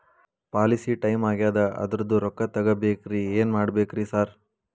Policy time ಆಗ್ಯಾದ ಅದ್ರದು ರೊಕ್ಕ ತಗಬೇಕ್ರಿ ಏನ್ ಮಾಡ್ಬೇಕ್ ರಿ ಸಾರ್?